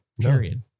period